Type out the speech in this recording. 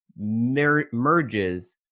merges